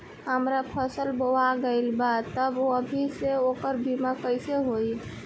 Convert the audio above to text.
हमार फसल बोवा गएल बा तब अभी से ओकर बीमा कइसे होई?